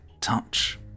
touch